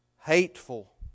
Hateful